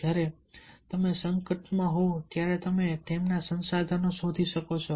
જ્યારે તમે સંકટમાં હોવ ત્યારે તમે તેમના સંસાધનો શોધી શકો છો